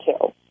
two